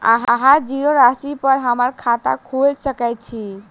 अहाँ जीरो राशि पर हम्मर खाता खोइल सकै छी?